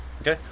Okay